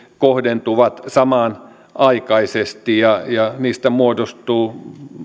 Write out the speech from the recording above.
kohdentuvat samanaikaisesti ja ja niistä muodostuu